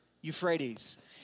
Euphrates